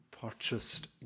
purchased